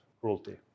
cruelty